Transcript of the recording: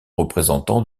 représentants